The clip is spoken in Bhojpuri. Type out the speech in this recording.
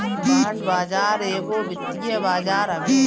बांड बाजार एगो वित्तीय बाजार हवे